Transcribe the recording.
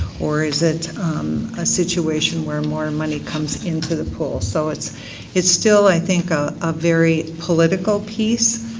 or is it a situation where more and money comes into the pool? so, it's it's still, i think, ah a very political piece.